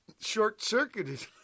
short-circuited